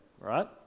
right